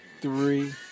three